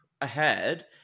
ahead